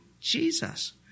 Jesus